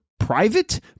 Private